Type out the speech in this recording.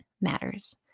matters